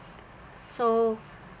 so